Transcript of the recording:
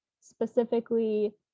specifically